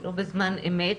לא בזמן אמת,